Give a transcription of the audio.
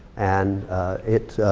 and it,